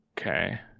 Okay